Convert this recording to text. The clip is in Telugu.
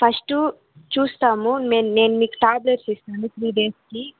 ఫస్టు చూస్తాము మే నేను మీకు టాబ్లెట్స్ ఇస్తాను త్రీ డేస్కి